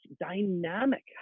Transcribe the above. dynamic